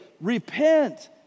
repent